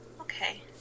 Okay